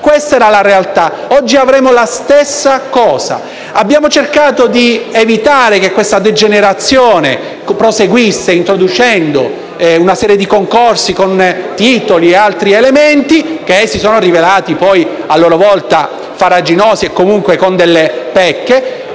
Questa era la realtà e oggi avremmo la stessa situazione. Abbiamo cercato di evitare che questa degenerazione proseguisse, introducendo una serie di concorsi con titoli e altri elementi, che si sono rivelati a loro volta farraginosi e comunque con delle pecche,